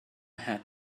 had